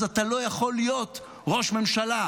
אז אתה לא יכול להיות ראש ממשלה.